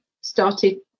started